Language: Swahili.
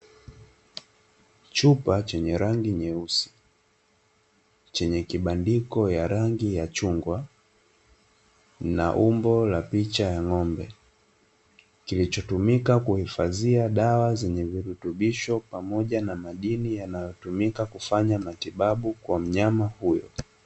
Chupa chenye rangi nyeusi, chenye kibandiko ya rangi ya chungwa na umbo la picha ya ng'ombe, kilichotumika kuhifadhia dawa zenye virutubisho pamoja na madini, yanayotumika kufanya matibabu kwa mnyama huyo.